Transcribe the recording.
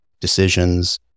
decisions